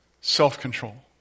self-control